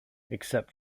except